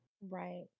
right